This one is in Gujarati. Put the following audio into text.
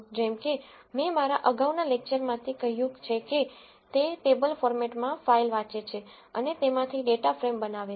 જેમ કે મેં મારા અગાઉના લેકચરમાંથી કહ્યું છે કે તે ટેબલ ફોર્મેટમાં ફાઇલ વાંચે છે અને તેમાંથી ડેટા ફ્રેમ બનાવે છે